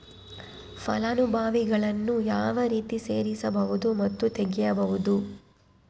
ಫಲಾನುಭವಿಗಳನ್ನು ಯಾವ ರೇತಿ ಸೇರಿಸಬಹುದು ಮತ್ತು ತೆಗೆಯಬಹುದು?